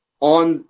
on